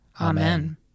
Amen